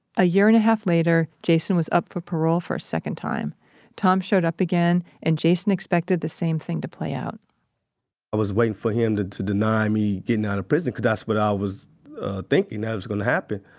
a year-and-a-half later, jason was up for parole for a second time tom showed up again, and jason expected the same thing to play out i was waiting for him to deny me getting out of prison because that's what i was thinking that was going to happen.